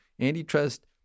antitrust